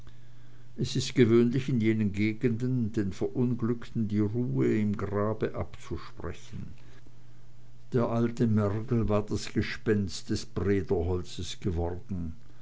es ist gewöhnlich in jenen gegenden den verunglückten die ruhe im grabe abzusprechen der alte mergel war das gespenst des brederholzes geworden